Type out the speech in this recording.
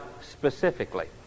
specifically